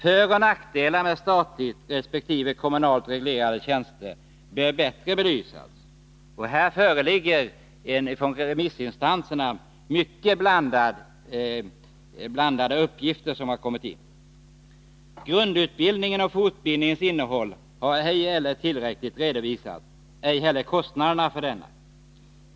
Föroch nackdelar med statligt resp. kommunalt reglerade tjänster bör bättre belysas. Från remissinstansernas sida föreligger mycket olika uppgifter. Grundutbildningens och fortbildningens innehåll har inte heller redovisats tillräckligt, och inte heller kostnaderna för denna.